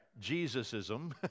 Jesusism